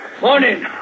Morning